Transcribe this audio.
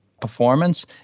performance